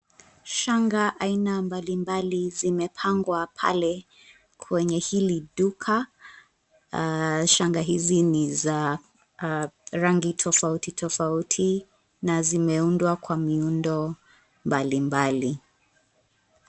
Shanga aina mbalimbali zimepangwa pale kwenye hili duka. Shanga hizi ni za rangi tofauti tofauti na zimeundwa kwa miundo mbalimbali.